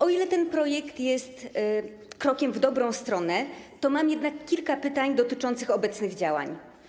O ile ten projekt jest krokiem w dobrą stronę, to mam jednak kilka pytań dotyczących obecnych działań.